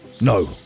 No